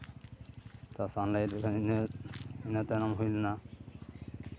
sunlight ᱢᱤᱫ ᱫᱷᱟᱣ ᱤᱧᱟᱹᱜ ᱤᱱᱟᱹ ᱛᱟᱭᱚᱢ ᱦᱩᱭ ᱞᱮᱱᱟ